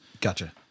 Gotcha